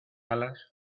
alas